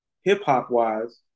hip-hop-wise